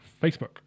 Facebook